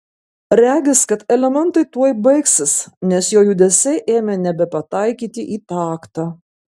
regis kad elementai tuoj baigsis nes jo judesiai ėmė nebepataikyti į taktą